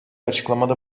açıklamada